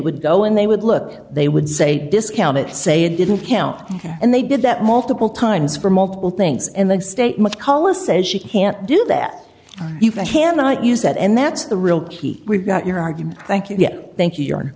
would go in they would look they would say discount it say it didn't count and they did that multiple times for multiple things in the state much call a says she can't do that you cannot use that and that's the real key we've got your argument thank you thank you